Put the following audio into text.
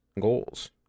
goals